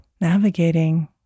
navigating